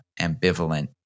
ambivalent